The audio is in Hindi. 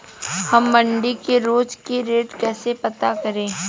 हम मंडी के रोज के रेट कैसे पता करें?